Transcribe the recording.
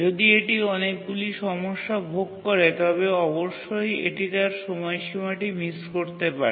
যদি এটি অনেকগুলি সমস্যা ভোগ করে তবে অবশ্যই এটি তার সময়সীমাটি মিস করতে পারে